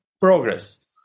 progress